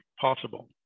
possible